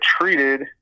treated